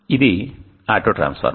ఇది ఆటోట్రాన్స్ఫార్మర్